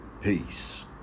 Peace